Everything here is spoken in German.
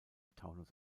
taunus